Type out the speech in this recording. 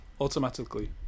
automatically